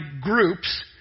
groups